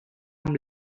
amb